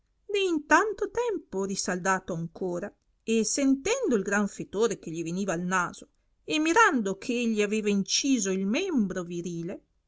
né in tanto tempo risaldato ancora e sentendo il gran fetore che gli veniva al naso e mirando che egli aveva inciso il membro virile